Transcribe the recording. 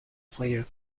player